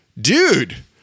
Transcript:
Dude